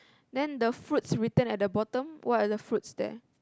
then the fruits written at the bottom what are the fruits there